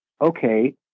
okay